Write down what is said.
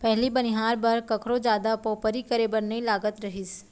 पहिली बनिहार बर कखरो जादा पवपरी करे बर नइ लागत रहिस